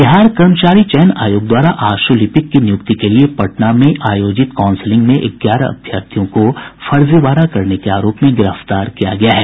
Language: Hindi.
बिहार कर्मचारी चयन आयोग द्वारा आशुलिपिक की नियुक्ति के लिए पटना में आयोजित काउंसिलिंग में ग्यारह अभ्यर्थियों को फर्जीवाड़ा करने के आरोप में गिरफ्तार किया गया है